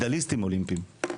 מדליסטים אולימפיים.